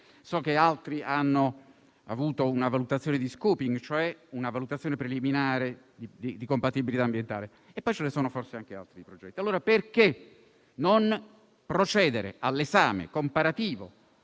so che altri hanno avuto una valutazione di *scoping*, cioè una valutazione preliminare di compatibilità ambientale. Poi ci sono forse anche altri progetti. Perché, allora, non procedere all'esame comparativo